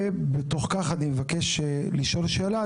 ובתוך כך אני מבקש לשאול שאלה: